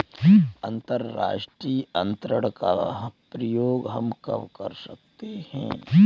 अंतर्राष्ट्रीय अंतरण का प्रयोग हम कब कर सकते हैं?